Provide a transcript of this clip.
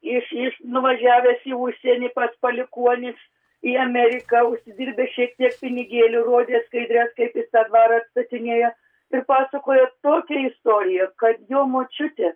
iš iš nuvažiavęs į užsienį pas palikuonis į ameriką užsidirbęs šiek tiek pinigėlių rodė skaidres kaip jis tą dvarą atstatinėja ir pasakojo tokią istoriją kad jo močiutė